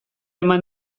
eman